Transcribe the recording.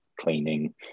cleaning